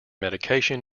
medication